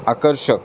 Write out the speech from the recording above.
आकर्षक